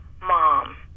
Mom